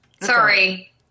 Sorry